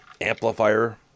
amplifier